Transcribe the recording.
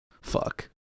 fuck